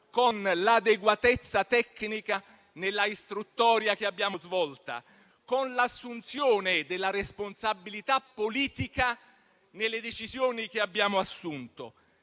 con l'adeguatezza tecnica nella istruttoria che abbiamo svolto, con l'assunzione della responsabilità politica nelle decisioni che abbiamo assunto,